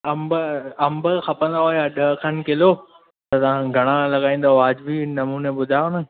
अंब अंब खपंदा हुया ॾह खनि किलो त तव्हां घणा लॻाईंदव वाजिबी नमूने ॿुधायो न